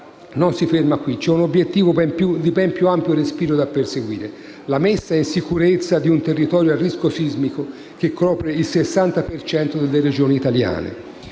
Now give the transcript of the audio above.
non si ferma qui; c'è un obiettivo di ben più ampio respiro da perseguire: la messa in sicurezza di un territorio a rischio sismico che copre il 60 per cento delle Regioni italiane.